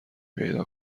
پیدا